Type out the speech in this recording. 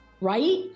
right